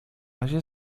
razie